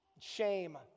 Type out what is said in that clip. shame